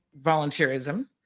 volunteerism